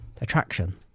attraction